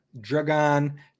Dragon